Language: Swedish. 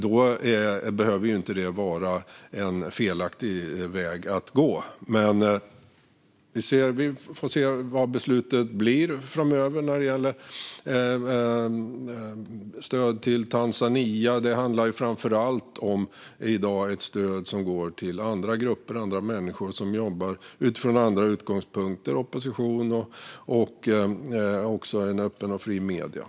Vi får se vad beslutet blir framöver när det gäller stöd till Tanzania. Det handlar i dag om stöd till framför allt andra grupper och människor som jobbar med andra utgångspunkter, till exempel opposition och öppna och fria medier.